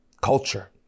culture